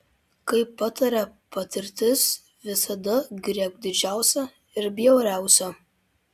kaip pataria patirtis visada griebk didžiausią ir bjauriausią